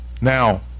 Now